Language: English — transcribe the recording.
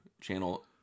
channel